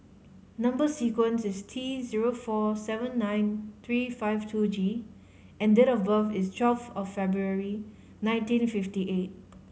number sequence is T zero four seven nine three five two G and date of birth is twelve of February nineteen fifty eight